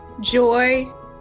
Joy